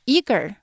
Eager